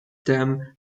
stem